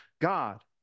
God